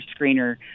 screener